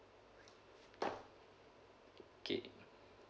K